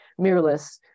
mirrorless